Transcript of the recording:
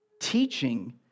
Teaching